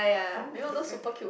I want my kid to have pet